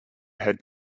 had